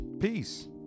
peace